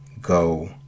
go